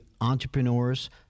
entrepreneurs